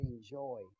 joy